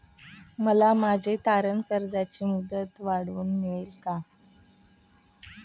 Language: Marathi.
मला माझ्या तारण कर्जाची मुदत वाढवून मिळेल का?